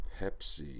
Pepsi